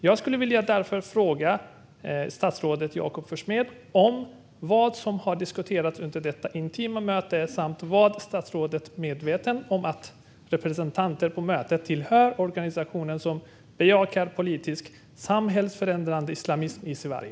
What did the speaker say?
Jag skulle därför vilja fråga statsrådet Jakob Forssmed vad som diskuterades under detta intima möte och om statsrådet var medveten om att representanter på mötet tillhör organisationer som bejakar politisk, samhällsförändrande islamism i Sverige.